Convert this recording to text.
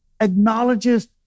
acknowledges